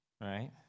right